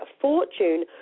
fortune